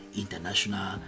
international